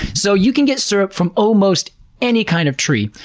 so you can get syrup from almost any kind of tree,